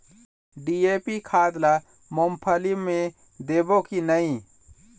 DAP खाद ला मुंगफली मे देबो की नहीं?